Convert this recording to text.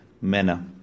manner